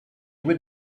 would